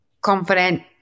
confident